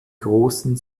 großen